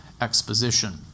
exposition